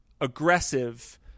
aggressive